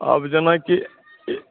आब जेनाकि